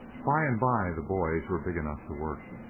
by and by the boys were big enough to work,